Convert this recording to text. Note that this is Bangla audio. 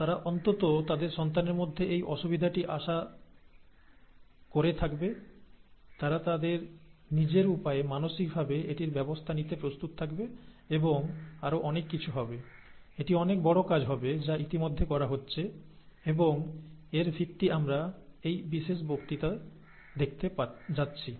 তারা অন্তত তাদের সন্তানদের মধ্যে এই সমস্যাটি আশঙ্কা করে থাকবেন তারা তাদের নিজেদের মত মানসিকভাবে এটির ব্যবস্থা নিতে প্রস্তুত থাকবে এবং আরও অনেক কিছু হবে এটি অনেক বড় কাজ হবে যা ইতিমধ্যে করা হচ্ছে এবং এর ভিত্তি আমরা এই বিশেষ বক্তৃতা দেখতে যাচ্ছি